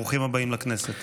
ברוכים הבאים לכנסת.